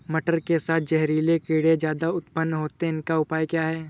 मटर के साथ जहरीले कीड़े ज्यादा उत्पन्न होते हैं इनका उपाय क्या है?